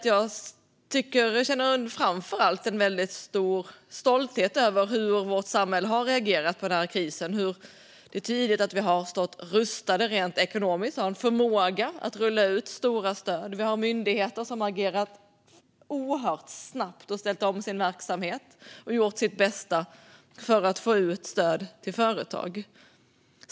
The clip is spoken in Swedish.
Jag känner en stor stolthet över hur vårt samhälle har reagerat på krisen. Det är tydligt att vi har stått rustade rent ekonomiskt och haft förmåga att rulla ut stora stöd. Myndigheter har agerat oerhört snabbt, ställt om verksamheter och gjort sitt bästa för att få ut stöd till företag.